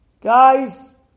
Guys